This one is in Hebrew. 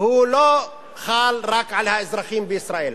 לא חל רק על האזרחים בישראל,